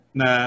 na